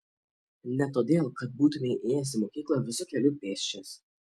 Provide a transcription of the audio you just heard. ne todėl kad būtumei ėjęs į mokyklą visu keliu pėsčias